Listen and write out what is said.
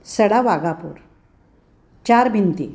सडा वाघापूर चार भिंती